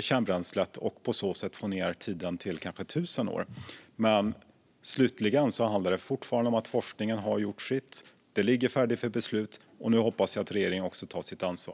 kärnbränslet och på så sätt få ned tiden till kanske tusen år. Men slutligen handlar det fortfarande om att forskningen har gjort sitt. Frågan ligger färdig för beslut, och nu hoppas jag att regeringen också tar sitt ansvar.